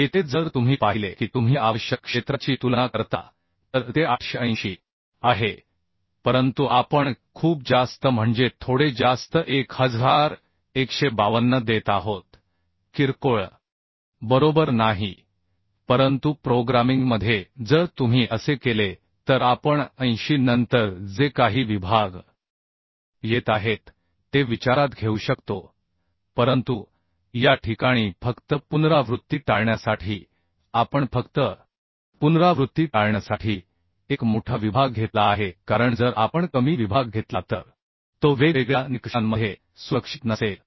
येथे जर तुम्ही पाहिले की तुम्ही आवश्यक क्षेत्राची तुलना करता तर ते 880 आहे परंतु आपण खूप जास्त म्हणजे थोडे जास्त 1152 देत आहोत किरकोळ बरोबर नाही परंतु प्रोग्रामिंगमध्ये जर तुम्ही असे केले तर आपण 80 नंतर जे काही विभाग येत आहेत ते विचारात घेऊ शकतो परंतु या ठीकाणी फक्त पुनरावृत्ती टाळण्यासाठी आपण फक्त पुनरावृत्ती टाळण्यासाठी एक मोठा विभाग घेतला आहे कारण जर आपण कमी विभाग घेतला तर तो वेगवेगळ्या निकषांमध्ये सुरक्षित नसेल